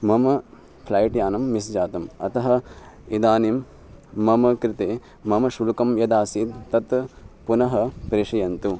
मम फ़्लैट्यानं मिस् जातम् अतः इदानीं मम कृते मम शुल्कं यदासीत् तत् पुनः प्रेषयन्तु